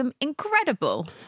incredible